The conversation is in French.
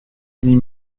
dix